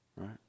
right